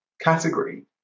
category